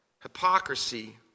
Hypocrisy